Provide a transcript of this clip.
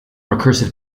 recursive